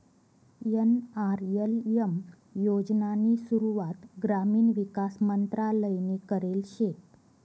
NRLM योजनानी सुरुवात ग्रामीण विकास मंत्रालयनी करेल शे